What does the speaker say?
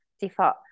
default